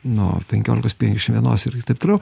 nuo penkiolikos penkiasdešimt vienos ir taip toliau